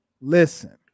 Listen